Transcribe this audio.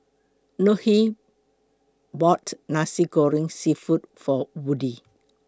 Nohely bought Nasi Goreng Seafood For Woodie